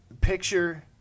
picture